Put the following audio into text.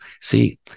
see